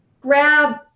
grab